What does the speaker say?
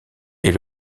est